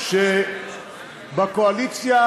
אני רוצה לומר לכם שבקואליציה ובאופוזיציה